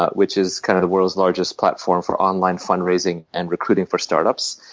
ah which is kind of the world's largest platform for online fundraising and recruiting for startups.